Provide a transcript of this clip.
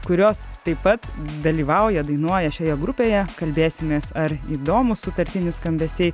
kurios taip pat dalyvauja dainuoja šioje grupėje kalbėsimės ar įdomūs sutartinių skambesiai